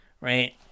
right